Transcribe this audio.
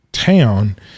town